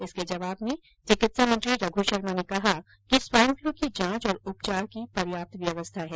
इसके जवाब में चिकित्सा मंत्री रघ शर्मा ने कहा कि स्वाइनफल की जांच और उपचार की पर्याप्त व्यवस्था है